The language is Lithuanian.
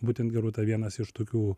būtent gerūta vienas iš tokių